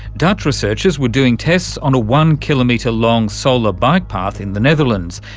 dutch researchers were doing tests on a one-kilometre long solar bike path in the netherlands,